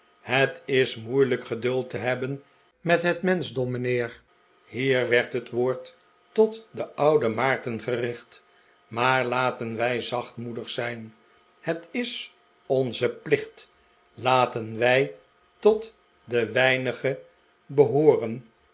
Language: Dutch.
het is moeilijk geduld te hebben met het menschdom mijnheer hier werd het woord tot den ouden maarten gericht maar laten wij zachtmoedig zijn het is onze plicht laten wij tot de weinigen